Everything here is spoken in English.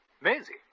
Maisie